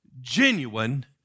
genuine